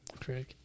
Craig